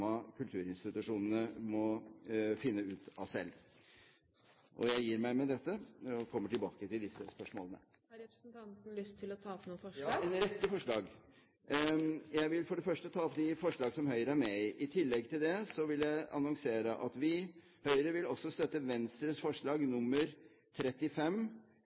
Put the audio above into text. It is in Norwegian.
kulturinstitusjonene må finne ut av selv. Jeg gir meg med dette, og kommer tilbake til disse spørsmålene. Har representanten lyst til å ta opp forslag? Ja, en rekke forslag. Jeg vil for det første ta opp de forslag som Høyre er med på. I tillegg vil jeg annonsere at Høyre også vil støtte noen av Venstres forslag, nr. 35,